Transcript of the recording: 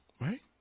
Right